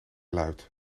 luid